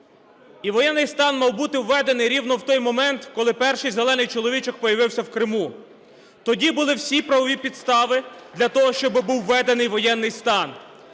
І воєнний стан мав бути ведений рівно в той момент, коли перший зелений чоловічок появився в Криму. Тоді були всі правові підстави для того, щоби був введений воєнний стан.